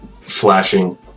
flashing